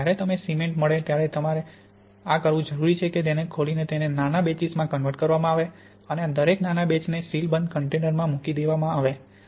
જ્યારે તમને સિમેન્ટ મળે ત્યારે તમારે આ કરવું જરૂરી છે કે તેને ખોલીને નાના બેચેસમાં કન્વર્ટ કરવામાં આવે અને આ દરેક નાના બેચને સીલબંધ કન્ટેનરમાં મૂકી દેવાના છે